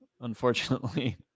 unfortunately